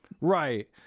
Right